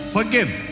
Forgive